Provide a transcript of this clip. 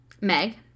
Meg